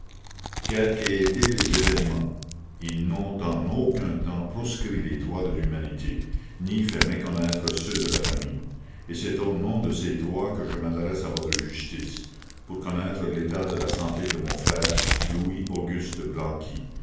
quels qu'aient été les événements ils n'ont en aucun temps proscrit les droits de l'humanité ni fait méconnaître ceux de la famille et c'est au nom de ces droits que je m'adresse à votre justice pour connaître l'état de la santé de mon frère louis auguste blanqui